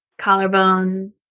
collarbone